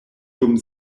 dum